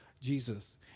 Jesus